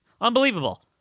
Unbelievable